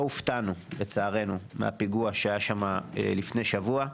לא הופתענו לצערנו מהפיגוע שהיה שם לפני שבוע,